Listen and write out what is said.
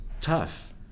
tough